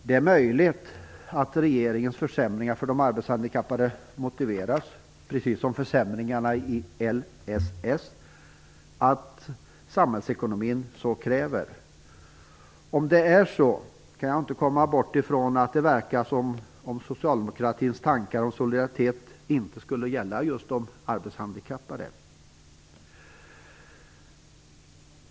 Det är möjligt att regeringens försämringar för de arbetshandikappade motiveras, precis som försämringarna i LSS, av att samhällsekonomin så kräver. Om det är så kan jag inte komma ifrån att det verkar som om socialdemokratins tankar om solidaritet inte skulle gälla just de arbetshandikappade.